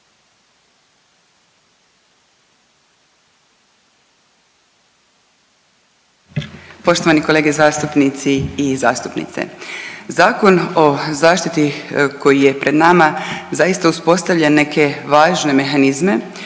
Poštovani kolege zastupnici i zastupnice. Zakon o zaštiti koji je pred nama zaista uspostavlja neke važne mehanizme